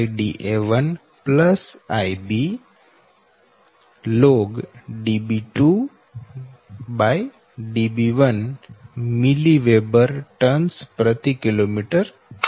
log mWb TKms થશે